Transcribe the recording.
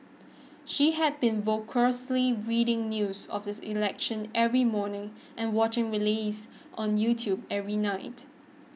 she had been voraciously reading news of the election every morning and watching rallies on YouTube every night